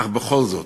אך בכל זאת,